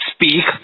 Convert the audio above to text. Speak